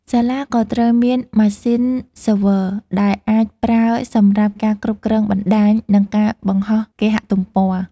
សាលាក៏ត្រូវមានម៉ាស៊ីន server ដែលអាចប្រើសម្រាប់ការគ្រប់គ្រងបណ្តាញនិងការបង្ហោះគេហទំព័រ។